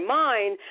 mind